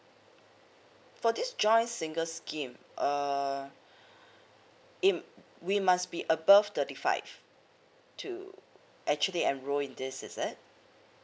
for this joints single scheme err it we must be above thirty five to actually enroll in this is it